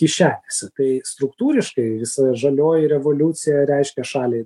kišenėse tai struktūriškai visa žalioji revoliucija reiškia šaliai